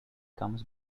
comes